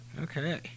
Okay